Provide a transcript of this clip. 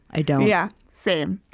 i don't yeah, same.